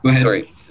Sorry